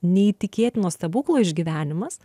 neįtikėtino stebuklo išgyvenimas